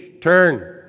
Turn